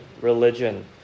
religion